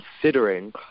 considering